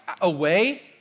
away